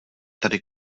tady